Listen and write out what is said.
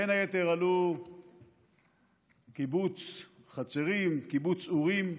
בין היתר, עלו קיבוץ חצרים וקיבוץ אורים.